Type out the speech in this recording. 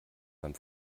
beim